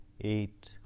eight